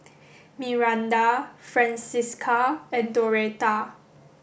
Myranda Francisca and Doretta